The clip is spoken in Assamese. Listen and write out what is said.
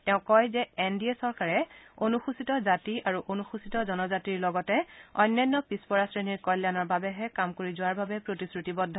তেওঁ কয় যে এন ডি এ চৰকাৰে অনুসূচিত জাতি আৰু অনুসূচিত জনজাতিৰ লগতে অন্যান্য পিছপৰা শ্ৰেণীৰ কল্যাণৰ বাবেহে কাম কৰি যোৱাৰ বাবে প্ৰতিশ্ৰুতিবদ্ধ